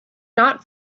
not